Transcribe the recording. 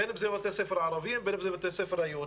בין אם בבתי ספר ערביים ובין בבתי ספר יהודיים.